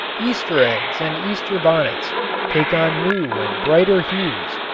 easter eggs and easter bonnets take on new and brighter hues.